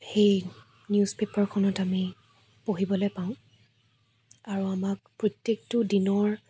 সেই নিউজপেপাৰখনত আমি পঢ়িবলৈ পাওঁ আৰু আমাক প্ৰত্যেকটো দিনৰ